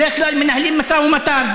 בדרך כלל מנהלים משא ומתן.